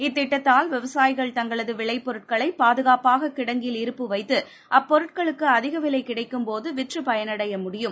இத்திட்டத்தால் பிரிவுகள் விவசாயிகள் தங்களதுவிளைபொருட்களைபாதுகாப்பாககிடங்கில் வைத்து இருப்பு அப்பொருட்களுக்குஅதிகவிலைகிடைக்கும்போதுவிற்றுபயனடைய முடியும்